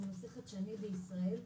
הוא נושא חדשני בישראל.